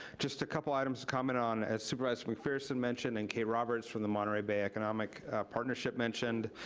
just a couple items to comment on as supervisor mcpherson mentioned, and kay roberts from the monterey bay economic partnership mentioned,